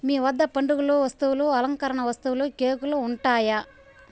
మీ వద్ద పండగలు వస్తువులు అలంకరణ వస్తువులు కేకులు ఉంటాయా